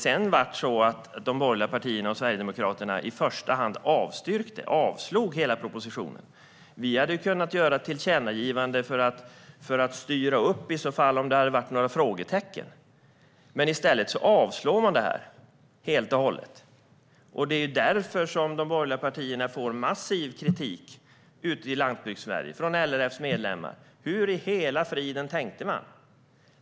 Sedan avslog de borgerliga partierna och Sverigedemokraterna i första hand hela propositionen. Vi hade ju kunnat göra ett tillkännagivande för att styra upp om det hade funnits några frågetecken. Men i stället avslår man detta helt och hållet, och det är därför de borgerliga partierna får massiv kritik ute i Landsbygdssverige och från LRF:s medlemmar. Hur i hela friden tänkte man?